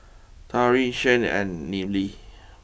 Tyrin Shane and Neely